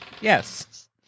Yes